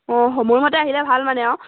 অঁ সময় মতে আহিলে ভাল মানে আৰু